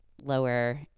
lower